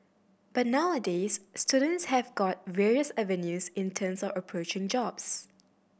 but nowadays students have got various avenues in terms of approaching jobs